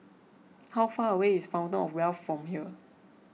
how far away is Fountain of Wealth from here